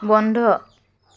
বন্ধ